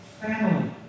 family